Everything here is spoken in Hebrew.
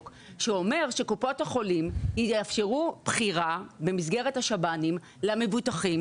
שאומר שקופות החולים יאפשרו בחירה במסגרת השב"נים למבוטחים